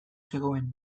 zegoen